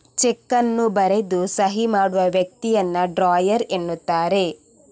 check ಅನ್ನು ಬರೆದು ಸಹಿ ಮಾಡುವ ವ್ಯಕ್ತಿಯನ್ನ ಡ್ರಾಯರ್ ಎನ್ನುತ್ತಾರೆ